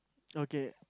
okay